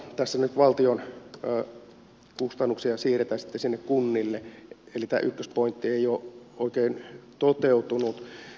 tässä nyt valtion kustannuksia siirretään sinne kunnille eli tämä ykköspointti ei ole oikein toteutunut